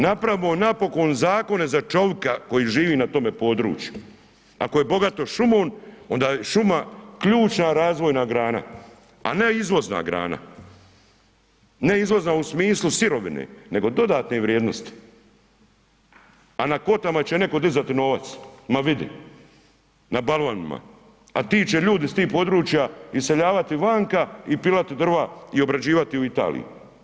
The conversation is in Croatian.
Napravimo napokon zakone za čovika koji živi na tome području, ako je bogato šumom onda je šuma ključna razvojna grana, a ne izvozna grana, ne izvozna u smislu sirovine, nego dodatne vrijednosti a na kvotama će netko dizati novac, ma vidi, na balvanima, a ti će ljudi s tih područja iseljavati vanka i pilati drva i obrađivati u Italiji.